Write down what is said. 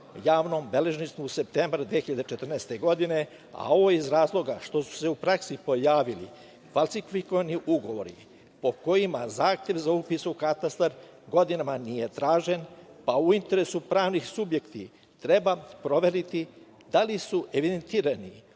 javnom beležništvu septembra 2014. godine, a ovo iz razloga što su se u praksi pojavili falsifikovani ugovori po kojima zahtev za upis u katastar godinama nije tražen, pa u interesu pravni subjekti treba proveriti da li su evidentirani